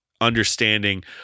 understanding